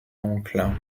oncle